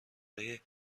های